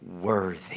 Worthy